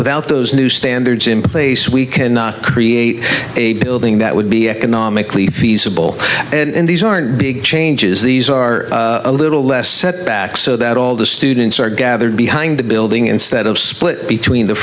without those new standards in place we cannot create a building that would be economically feasible and these aren't big changes these are a little less set back so that all the students are gathered behind the building instead of split between the